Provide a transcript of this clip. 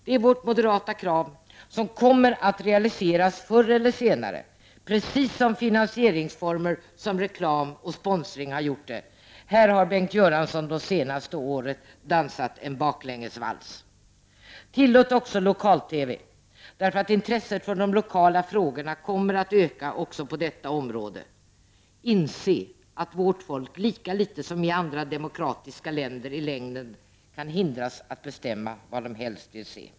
Det är vårt moderata krav som kommer att realiseras förr eller senare, precis som finansieringsformer som reklam och sponsring har realiserats. Här har Bengt Göransson de senaste åren dansat en baklängesvals. Tillåt också lokal-TV, därför att intresset för de lokala frågorna kommer att öka också på detta område! Inse att vårt folk lika litet som i andra demokratiska länder i längden kan hindras att bestämma vad det helst vill se!